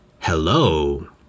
Hello